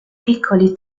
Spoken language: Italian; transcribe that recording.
piccoli